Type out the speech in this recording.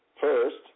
First